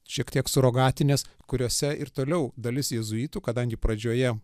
šiek tiek surogatinės kuriose ir toliau dalis jėzuitų kadangi pradžioje